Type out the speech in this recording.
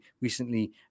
recently